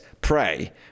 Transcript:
Pray